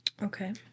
Okay